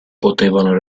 potevano